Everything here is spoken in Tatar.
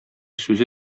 сүзе